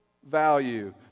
value